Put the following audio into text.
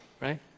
right